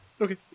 Okay